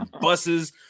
buses